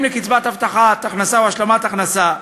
לקצבת הבטחת הכנסה או השלמת הכנסה,